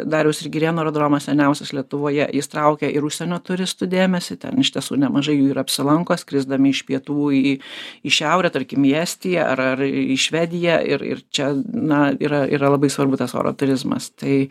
dariaus ir girėno aerodromas seniausias lietuvoje jis traukia ir užsienio turistų dėmesį ten iš tiesų nemažai jų ir apsilanko skrisdami iš pietų į į šiaurę tarkim į estiją ar ar į švediją ir ir čia na yra yra labai svarbu tas oro turizmas tai